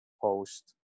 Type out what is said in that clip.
post